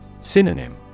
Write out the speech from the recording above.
Synonym